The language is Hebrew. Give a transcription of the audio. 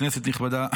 כנסת נכבדה,